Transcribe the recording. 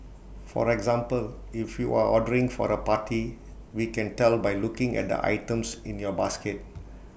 for example if you're ordering for A party we can tell by looking at the items in your basket